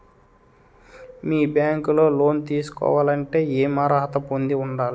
మీ bank లో loan తీసుకోవాలంటే ఎం అర్హత పొంది ఉండాలి?